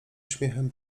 uśmiechem